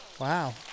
Wow